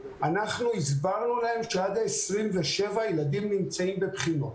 אנחנו הסברנו להם שעד ה-27 הילדים נמצאים בבחינות.